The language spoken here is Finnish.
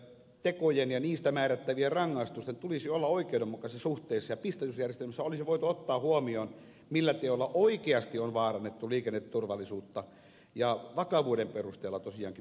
tekojen ja niistä määrättävien rangaistusten tulisi olla oikeudenmukaisessa suhteessa ja pisteytysjärjestelmässä olisi voitu ottaa huomioon millä teoilla oikeasti on vaarannettu liikenneturvallisuutta ja vakavuuden perusteella tosiaankin pisteytetään